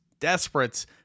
desperate